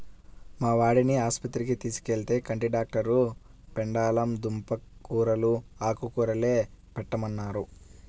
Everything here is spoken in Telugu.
మా వాడిని ఆస్పత్రికి తీసుకెళ్తే, కంటి డాక్టరు పెండలం దుంప కూరలూ, ఆకుకూరలే పెట్టమన్నారు